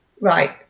right